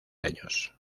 años